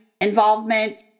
involvement